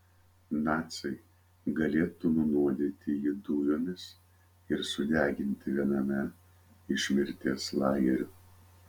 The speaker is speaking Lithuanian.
naciai galėtų nunuodyti jį dujomis ir sudeginti viename iš mirties lagerių